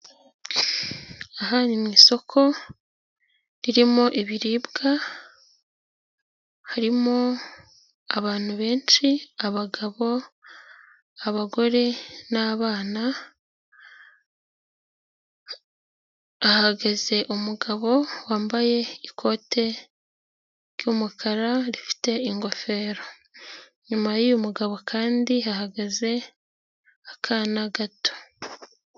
Aha ni mu isoko ririmo ibiribwa, harimo abantu benshi abagabo, abagore n'abana, hahagaze umugabo wambaye ikote ry'umukara rifite ingofero, inyuma y'uyu mugabo kandi hahagaze akana gato.